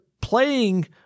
playing